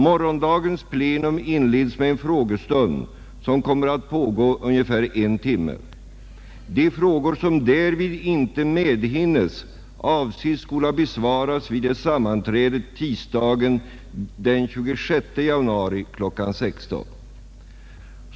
Morgondagens plenum inleds med en frågestund, som kommer att pägå ungefär en timme. De frågor som därvid inte medhinnes avses skola besvaras vid sammanträdet tisdagen den 26 januari kl. 16.00.